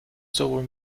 sowohl